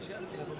ההצעה להעביר